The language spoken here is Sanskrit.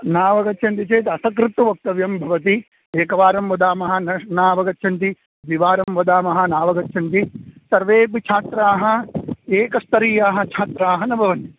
नावगच्छन्ति चेत् असकृत्वा वक्तव्यं भवति एकवारं वदामः न न अवगच्छन्ति द्विवारं वदामः नावगच्छन्ति सर्वेऽपि छात्राः एकस्तरीयाः छात्राः न भवन्ति